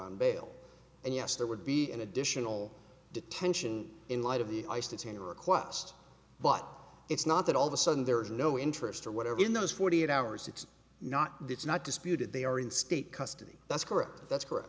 on bail and yes there would be an additional detention in light of the ice that's a request but it's not that all of a sudden there is no interest or whatever in those forty eight hours it's not it's not disputed they are in state custody that's correct that's correct